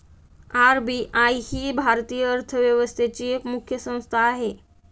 RBI ही भारतीय अर्थव्यवस्थेची एक मुख्य संस्था आहे